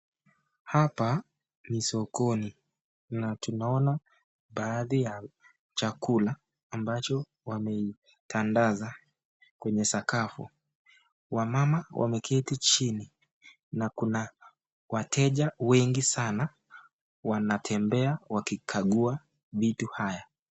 Hapa nibsokoni na tunaona baadhi ya chakula ambacho wameitandaza kwenye sakafu. Wamama wameketi chini na kuna wateja wengi sanaa wanatembea wakikagua vitu haya.